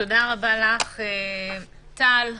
תודה רבה לך, טל מדר.